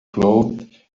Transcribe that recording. cloth